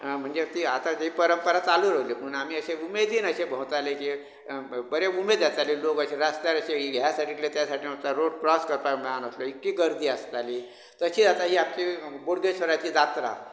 म्हणजे ती आता ही परंपरा चालूच उरली पूण आमी अशें उमेदीन अशें भोवताले की बरी उमेद जाताली लोक अशें रस्त्यार अशें ह्या सायडींतले त्या सायडीक वयताले रोड क्रोस करपाक मेळा नासलो इतकी गर्दी आसताली तशी आता ही आमची बोडगेश्वराची जात्रा